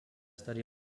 study